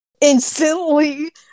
Instantly